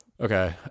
Okay